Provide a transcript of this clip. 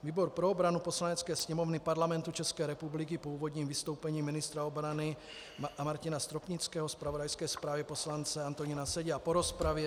Výbor pro obranu Poslanecké sněmovny Parlamentu České republiky po úvodním vystoupení ministra obrany Martina Stropnického, zpravodajské zprávě poslance Antonína Sedi a po rozpravě: